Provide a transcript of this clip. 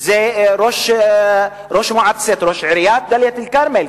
ראש עיריית דאלית אל-כרמל,